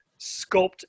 sculpt